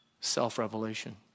self-revelation